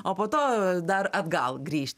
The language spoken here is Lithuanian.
o po to dar atgal grįžt